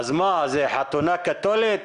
זה חתונה קאתולית?